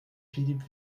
philippe